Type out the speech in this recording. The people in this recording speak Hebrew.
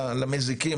למזיקים,